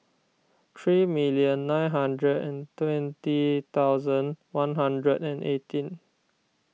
three million nine hundred and twenty thousand one hundred and eighteen